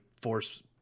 force